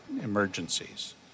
emergencies